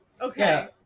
Okay